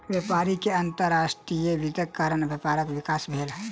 व्यापारी के अंतर्राष्ट्रीय वित्तक कारण व्यापारक विकास भेल